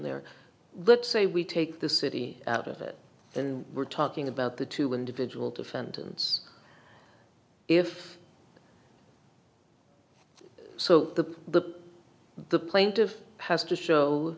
their let's say we take the city out of it and we're talking about the two individual defendants if so the the the plaintiff has to show